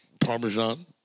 Parmesan